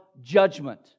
judgment